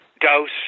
dose